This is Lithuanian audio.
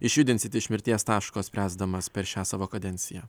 išjudinsit iš mirties taško spręsdamas per šią savo kadenciją